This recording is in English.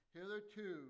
hitherto